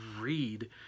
read